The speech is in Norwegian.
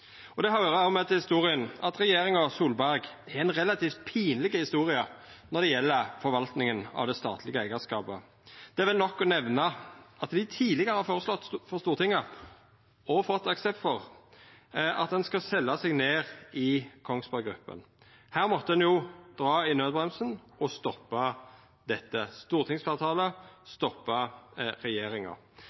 Det høyrer òg med til historia at regjeringa Solberg har ei relativt pinleg historie når det gjeld forvaltinga av det statlege eigarskapet. Det er vel nok å nemna at dei tidlegare har føreslått for Stortinget og fått aksept for at ein skal selja seg ned i Kongsberg Gruppen. Her måtte ein dra i naudbremsa og stoppa dette. Stortingsfleirtalet stoppa regjeringa.